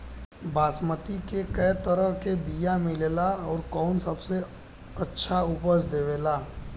बासमती के कै तरह के बीया मिलेला आउर कौन सबसे अच्छा उपज देवेला?